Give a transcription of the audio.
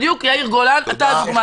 יאיר גולן, אתה הדוגמה לכך.